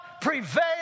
prevail